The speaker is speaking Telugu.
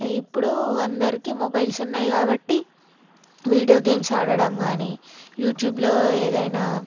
ఇప్పుడు అందరికి మొబైల్స్ ఉన్నాయి కాబట్టి వీడియో గేమ్స్ ఆడడం కాని యూట్యూబ్లో ఏదైనా